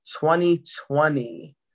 2020